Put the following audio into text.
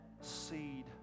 seed